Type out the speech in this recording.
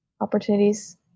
opportunities